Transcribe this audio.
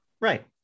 Right